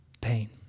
pain